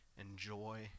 enjoy